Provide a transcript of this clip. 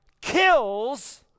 kills